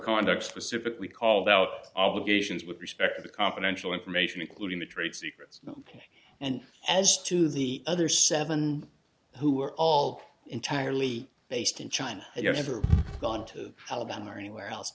conduct specifically called out obligations with respect to confidential information including the trade secrets and as to the other seven who are all entirely based in china and you're never going to alabama or anywhere else